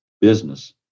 business